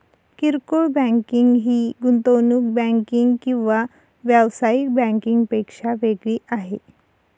किरकोळ बँकिंग ही गुंतवणूक बँकिंग किंवा व्यावसायिक बँकिंग पेक्षा वेगळी आहे